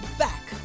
back